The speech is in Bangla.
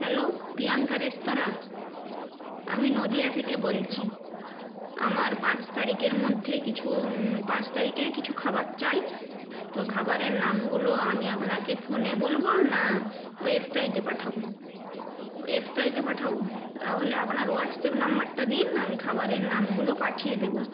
হ্যালো প্রিয়াঙ্কা রেস্তরাঁ আমি নদীয়া থেকে বলছি আমার পাঁচ তারিখের মধ্যে কিছু পাঁচ তারিখে কিছু খাবার চাই তো খাবারের নামগুলো আমি আপনাকে ফোনে বলব না ওয়েবসাইটে পাঠাবো ওয়েবসাইটে পাঠাবো তাহলে আপনার হোয়াটসঅ্যাপ নম্বরটা দিন আমি খাবারের নামগুলো পাঠিয়ে দেব